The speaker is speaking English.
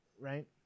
Right